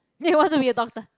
they want to be a doctor